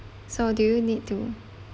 so do you need to